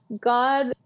God